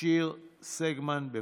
(תיקון,